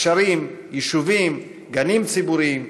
גשרים, יישובים וגנים ציבוריים.